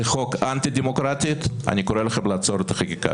חוק אנטי דמוקרטי, עצרו את החקיקה.